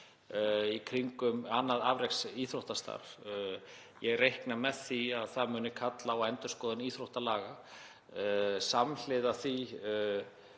í kringum annað afreksíþróttastarf. Ég reikna með því að það muni kalla á endurskoðun íþróttalaga. Samhliða því